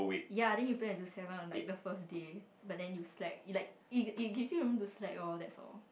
ya then you plan to do seven on like the first day but then you slack it like it it gives you room to slack loh that's all